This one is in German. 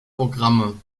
programme